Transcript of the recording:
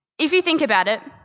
if you think about it,